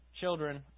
children